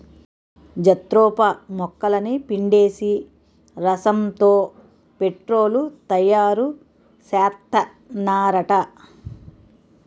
jatropha మొక్కలని పిండేసి రసంతో పెట్రోలు తయారుసేత్తన్నారట